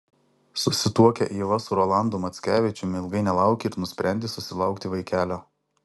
susituokę ieva su rolandu mackevičiumi ilgai nelaukė ir nusprendė susilaukti vaikelio